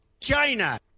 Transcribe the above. China